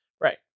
right